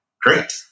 great